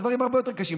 דברים הרבה יותר קשים,